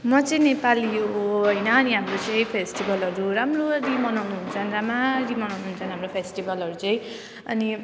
म चाहिँ नेपाली हो होइन अनि हाम्रो चाहिँ फेस्टिबलहरू राम्ररी मनाउनुहुन्छ राम्ररी मनाउनुहुन्छन् हाम्रो फेस्टिबलहरू चाहिँ अनि